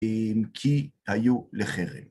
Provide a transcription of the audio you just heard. ‫כי היו לכרם.